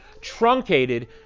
truncated